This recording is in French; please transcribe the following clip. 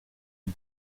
une